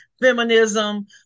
feminism